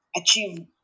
achieve